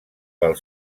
pel